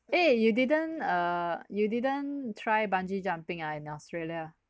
eh you didn't err you didn't try bungee jumping ah in australia